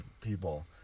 people